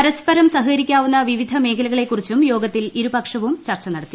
പരസ്പരം സഹകരിക്കാവുന്ന വിവിധ മേഖലകളെക്കുറിച്ചും യോഗത്തിൽ ഇരുപക്ഷവും ചർച്ച നടത്തി